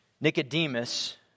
Nicodemus